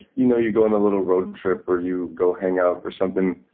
you know, you go on a little road trip or you go hang out or something.